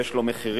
ויש לו מחירים,